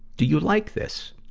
do you like this?